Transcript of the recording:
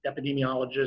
epidemiologist